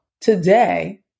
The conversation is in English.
Today